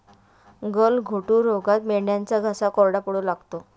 गलघोटू रोगात मेंढ्यांचा घसा कोरडा पडू लागतो